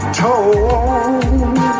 told